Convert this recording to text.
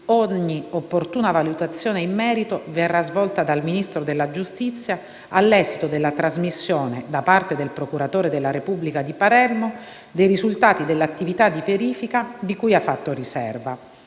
ogni opportuna valutazione in merito verrà svolta dal Ministro della giustizia all'esito della trasmissione, da parte del procuratore della Repubblica di Palermo, dei risultati dell'attività di verifica di cui ha fatto riserva.